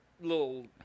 little